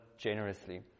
generously